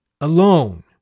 alone